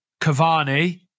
Cavani